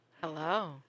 Hello